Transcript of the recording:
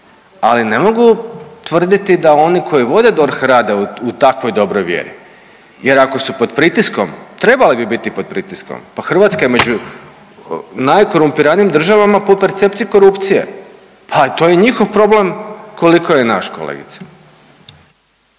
ali ne mogu tvrditi da oni koji vode DORH rade u takvoj dobroj vjeri jer ako su pod pritiskom, trebali bi biti pod pritiskom pa Hrvatska je među najkorumpiranijim državama po percepciji korupcije pa to je i njihov problem koliko je i naš kolegice.